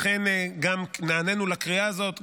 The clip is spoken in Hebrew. לכן נענינו לקריאה הזאת,